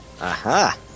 aha